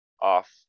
off